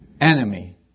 enemy